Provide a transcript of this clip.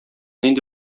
нинди